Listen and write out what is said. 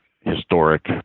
historic